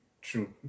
True